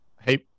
Hey